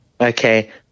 Okay